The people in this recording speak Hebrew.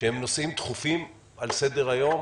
דחופים על סדר היום,